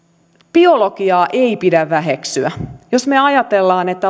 biologiaa ei pidä väheksyä jos me ajattelemme että